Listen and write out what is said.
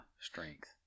strength